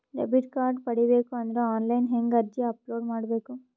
Debit card ಪಡಿಬೇಕು ಅಂದ್ರ online ಹೆಂಗ್ ಅರ್ಜಿ ಅಪಲೊಡ ಮಾಡಬೇಕು?